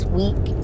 week